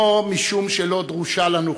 לא משום שלא דרושה לנו חוקה,